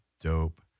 dope